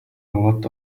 lot